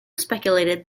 speculated